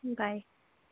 bye